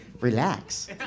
relax